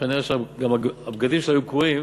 כנראה הבגדים שלה היו קרועים,